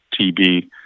TB